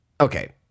okay